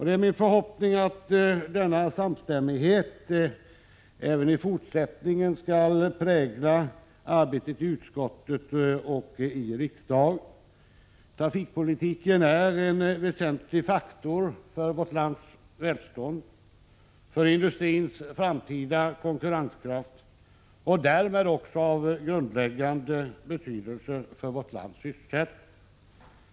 Det är min förhoppning att denna samstämmighet även i fortsättningen skall prägla arbetet i utskottet och i riksdagen. Trafikpolitiken är en väsentlig faktor för vårt lands välstånd, för industrins framtida konkurrenskraft och därmed också av grundläggande betydelse för vårt lands sysselsättning.